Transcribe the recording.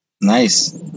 Nice